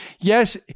yes